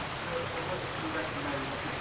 so so what do you recommend